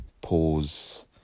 pause